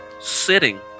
sitting